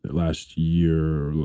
last year,